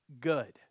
good